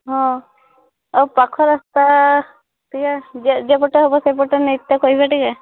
ହଁ ଆଉ ପାଖ ରାସ୍ତା ଟିକିଏ ଯେପଟେ ହେବ ସେପଟେ ନେଇତେ କହିବେ ଟିକିଏ